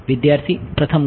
વિદ્યાર્થી પ્રથમ ક્રમ